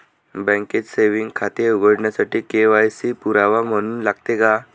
बँकेत सेविंग खाते उघडण्यासाठी के.वाय.सी पुरावा म्हणून लागते का?